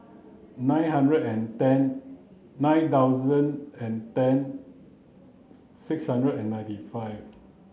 nine hundred and ten nine thousand and ten six hundred and ninety five